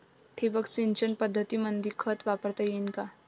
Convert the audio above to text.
ठिबक सिंचन पद्धतीमंदी खत वापरता येईन का?